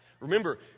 Remember